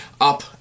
up